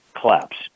collapse